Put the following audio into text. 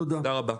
תודה רבה.